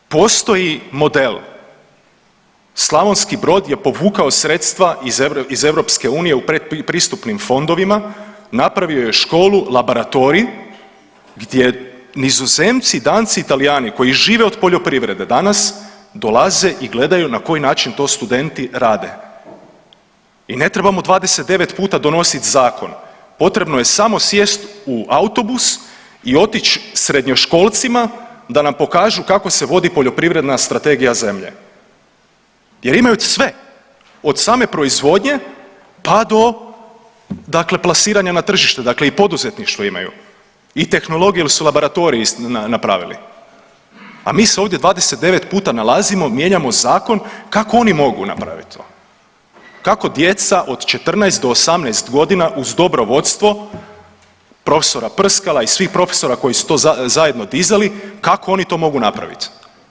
Dakle, postoji model, Slavonski Brod je povukao sredstva iz EU u predpristupnim fondovima, napravio je školu, laboratorij gdje Nizozemci, Danci i Talijani koji žive od poljoprivrede danas dolaze i gledaju na koji način to studenti rade i ne trebamo 29 puta donosit zakon, potrebno je samo sjest u autobus i otić srednjoškolcima da nam pokažu kako se vodi poljoprivredna strategija zemlje jer imaju sve od same proizvodnje, pa do dakle plasiranja na tržište, dakle i poduzetništvo imaju i tehnologije jel su laboratorij napravili, a mi se ovdje 29 puta nalazimo i mijenjamo zakon, kako oni mogu napravit to, kako djeca od 14 do 18.g. uz dobro vodstvo prof. Prskala i svih profesora koji su to zajedno dizali kako oni to mogu napraviti?